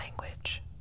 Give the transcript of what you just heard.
language